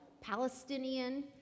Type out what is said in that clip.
Palestinian